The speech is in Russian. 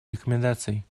рекомендаций